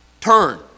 Turn